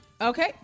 Okay